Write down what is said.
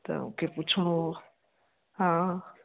त मूंखे पुछिणो हो हा